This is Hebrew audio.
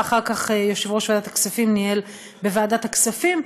ואחר כך יושב-ראש ועדת הכספים ניהל בוועדת הכספים,